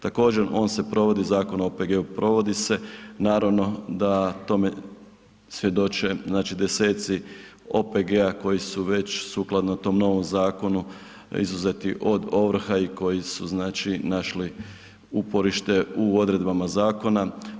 Također, on se provodi, Zakon o OPG-u provodi se, naravno da tome svjedoči desetci OPG-a koji su već sukladno tom novom zakonu izuzeti od ovrha i koji su našli uporište u odredbama zakona.